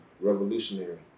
revolutionary